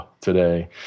today